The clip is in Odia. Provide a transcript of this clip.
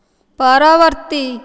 ପରବର୍ତ୍ତୀ